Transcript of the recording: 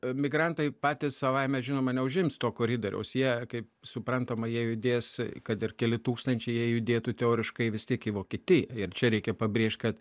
migrantai patys savaime žinoma neužims to koridoriaus jie kaip suprantama jie judės kad ir keli tūkstančiai jie judėtų teoriškai vis tiek į vokietiją ir čia reikia pabrėžt kad